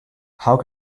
how